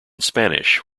spanish